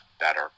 better